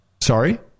Sorry